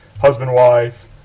husband-wife